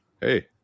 hey